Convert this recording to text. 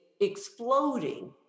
exploding